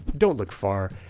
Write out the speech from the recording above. don't look far,